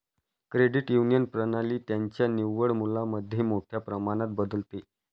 credit union प्रणाली त्यांच्या निव्वळ मूल्यामध्ये मोठ्या प्रमाणात बदलते